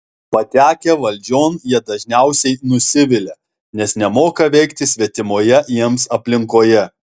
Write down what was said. patekę valdžion jie dažniausiai nusivilia nes nemoka veikti svetimoje jiems aplinkoje